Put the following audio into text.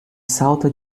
salta